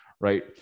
right